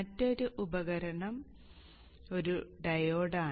മറ്റൊരു ഉപകരണം ഒരു ഡയോഡാണ്